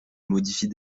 modifie